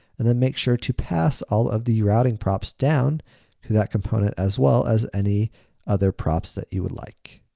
and then make sure to pass all of the routing props down to that component as well as any other props that you would like.